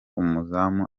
umuzamu